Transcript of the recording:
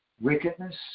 wickedness